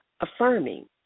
affirming